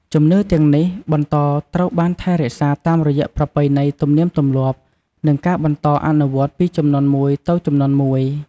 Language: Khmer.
ជំនឿទាំងនេះបន្តត្រូវបានថែរក្សាតាមរយៈប្រពៃណីទំនៀមទម្លាប់ និងការបន្តអនុវត្តន៍ពីជំនាន់មួយទៅជំនាន់មួយ។